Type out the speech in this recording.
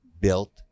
built